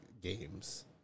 games